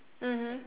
mmhmm